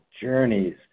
journeys